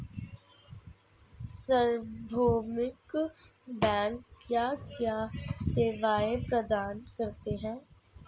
सार्वभौमिक बैंक क्या क्या सेवाएं प्रदान करते हैं?